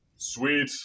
Sweet